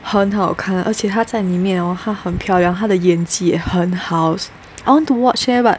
很好看而且他在里面 hor 她很漂亮她的演技很好 I want to watch leh but